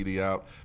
out